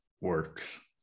works